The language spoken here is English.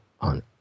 on